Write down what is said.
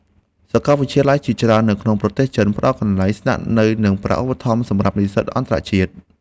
សាកលវិទ្យាល័យជាច្រើននៅក្នុងប្រទេសចិនផ្តល់កន្លែងស្នាក់នៅនិងប្រាក់ឧបត្ថម្ភសម្រាប់និស្សិតអន្តរជាតិ។